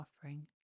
Offering